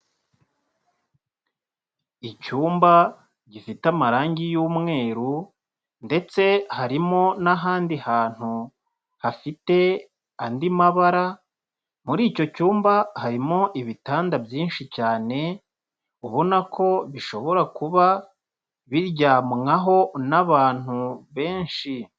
Icyumba gifite amarangi y'umweru ndetse harimo n'ahandi hantu hafite andi mabara, muri icyo cyumba harimo ibitanda byinshi cyane, ubona ko bishobora kuba biryamwaho n'abantu benshi.